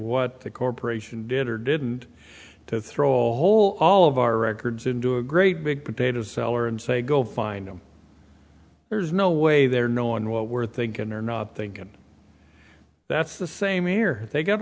what the corporation did or didn't to throw lol all of our records into a great big potato cellar and say go find them there's no way they're no on what we're thinking or not thinking that's the same air they got